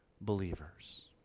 believers